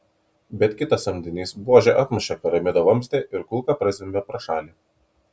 bet kitas samdinys buože atmušė karabino vamzdį ir kulka prazvimbė pro šalį